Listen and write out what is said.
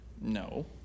No